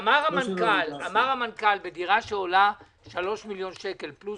אמר המנכ"ל: בדירה שעולה 3 מיליון שקל פלוס-מינוס,